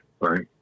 right